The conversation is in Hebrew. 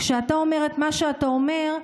כשאתה אומר את מה שאתה אומר,